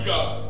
God